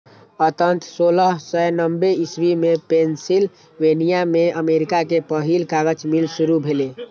अंततः सोलह सय नब्बे इस्वी मे पेंसिलवेनिया मे अमेरिका के पहिल कागज मिल शुरू भेलै